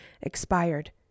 expired